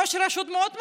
ראש רשות הוא מאוד מוגבל.